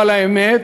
אבל האמת,